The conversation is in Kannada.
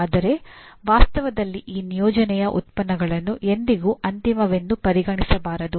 ಆದರೆ ವಾಸ್ತವದಲ್ಲಿ ಈ ನಿಯೋಜನೆಯ ಉತ್ಪನ್ನಗಳನ್ನು ಎಂದಿಗೂ ಅಂತಿಮವೆಂದು ಪರಿಗಣಿಸಬಾರದು